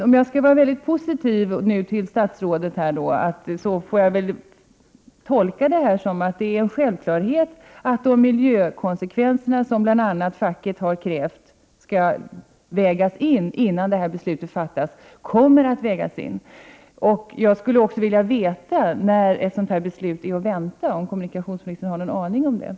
Om jag försöker var mycket positiv till det som statsrådet säger tolkar jag det han säger som att det är en självklarhet att miljökonsekvenserna skall vägasin, vilket bl.a. facket har krävt, innan detta beslut fattas. Jag skulle vilja veta när detta beslut kommer att fattas, om kommunikationsministern har någon aning om detta.